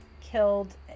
killed